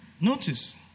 Notice